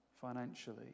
financially